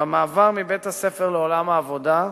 במעבר מבית-הספר לעולם העבודה,